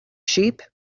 sheep